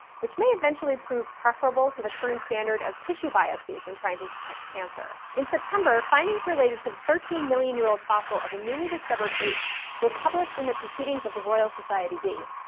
which may eventually prove preferable to the current standard of tissue biopsies when trying to detect cancer. in september, findings related to the thirteen million year old fossil of a newly discovered ape were published in the proceedings of the royal society b.